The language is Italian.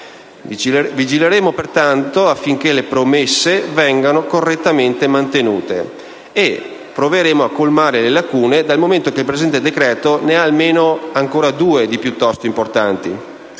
Vigileremo pertanto affinché le promesse vengano correttamente mantenute e proveremo a colmare le lacune dal momento che il presente decreto ne ha almeno due piuttosto importanti: